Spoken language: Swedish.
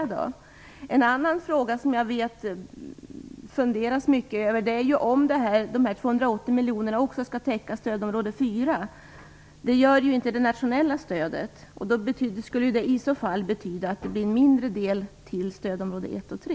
Det finns en annan fråga som jag vet att man funderar mycket över, nämligen om de 280 miljonerna också skall täcka stödområde 4. Det gör ju inte det nationella stödet. I så fall skulle det betyda att det blir en mindre del till stödområde 1 och 3.